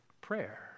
prayer